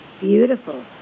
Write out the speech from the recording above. Beautiful